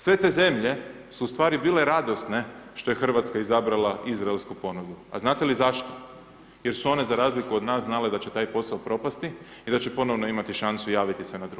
Sve te zemlje su u stvari bile radosne što je Hrvatska izabrala Izraelsku ponudu, a znate li zašto, jer su one za razliku od nas znale da će taj posao propasti i da će ponovno imati šansu javiti se na drugi.